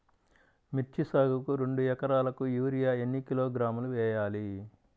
మిర్చి సాగుకు రెండు ఏకరాలకు యూరియా ఏన్ని కిలోగ్రాములు వేయాలి?